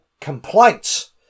complaints